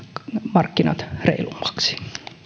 markkinat reilummaksi